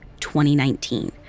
2019